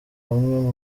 hamwe